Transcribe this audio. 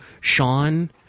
Sean